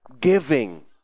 giving